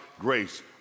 grace